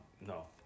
no